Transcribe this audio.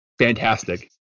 Fantastic